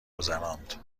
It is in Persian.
گذراند